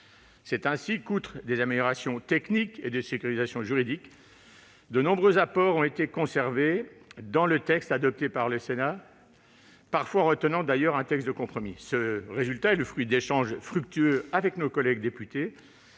C'est ainsi que, outre des améliorations techniques et de sécurisation juridique, de nombreux apports du Sénat ont été conservés dans le texte adopté par la CMP, parfois à la faveur de compromis. Ce résultat est le fruit d'échanges fructueux avec nos collègues députés,